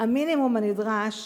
הנדרש